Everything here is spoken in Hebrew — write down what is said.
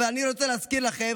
אבל אני רוצה להזכיר לכם,